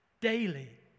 daily